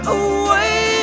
away